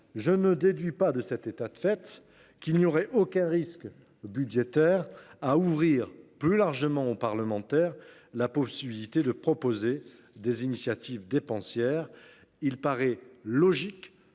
je ne déduis pas de cet état de fait qu’il n’y aurait aucun risque budgétaire à ouvrir plus largement aux parlementaires la possibilité de proposer des initiatives dépensières : l’accroissement